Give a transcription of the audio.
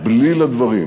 בליל הדברים